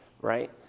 right